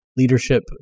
leadership